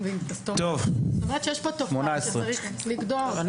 זאת אומרת, יש כאן תופעה שצריך לגדוע אותה.